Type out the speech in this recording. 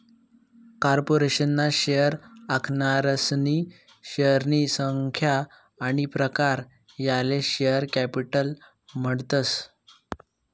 corporation ना share आखनारासनी शेअरनी संख्या आनी प्रकार याले शेअर कॅपिटल म्हणतस